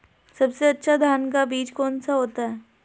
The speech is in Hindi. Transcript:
सबसे अच्छा धान का बीज कौन सा होता है?